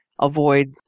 avoid